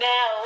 Now